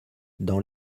dans